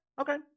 Okay